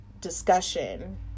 discussion